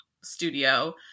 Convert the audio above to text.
studio